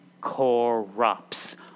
corrupts